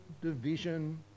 division